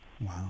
Wow